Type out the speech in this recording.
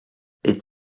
est